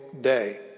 day